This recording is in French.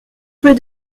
rue